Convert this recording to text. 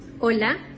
Hola